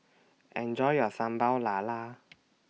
Enjoy your Sambal Lala